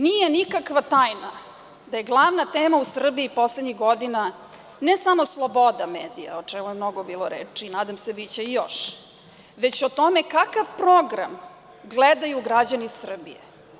Nije nikakva tajna da je glavna tema u Srbiji poslednjih godina ne samo sloboda medija, o čemu je mnogo bilo reči i nadam se biće i još, već o tome kakav program gledaju građani Srbije.